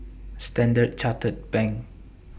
Standard Chartered Bank